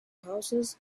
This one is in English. houses